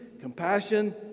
compassion